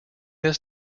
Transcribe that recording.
this